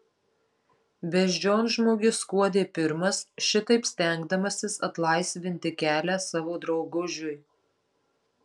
beždžionžmogis skuodė pirmas šitaip stengdamasis atlaisvinti kelią savo draugužiui